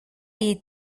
iyi